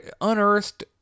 unearthed